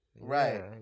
Right